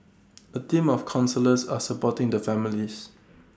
A team of counsellors are supporting the families